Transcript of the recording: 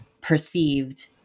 perceived